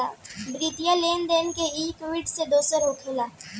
वित्तीय लेन देन मे ई इक्वीटी से दोसर होला